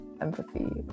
empathy